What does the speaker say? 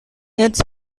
its